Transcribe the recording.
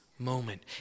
moment